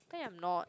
tell you I'm not